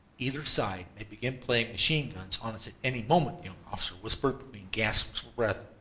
either side may begin playing machine-guns on us at any moment, the young officer whispered, between gasps for breath.